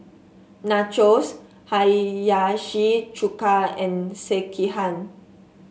Nachos Hiyashi Chuka and Sekihan